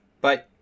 Bye